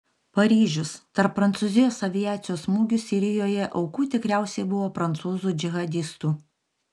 paryžius tarp prancūzijos aviacijos smūgių sirijoje aukų tikriausiai buvo prancūzų džihadistų